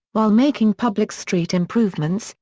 while making public street improvements,